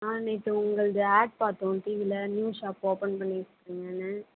நேற்று உங்களது ஆட் பார்த்தோம் டிவியில் நியூ ஷாப் ஓப்பன் பண்ணிருக்கீங்கன்னு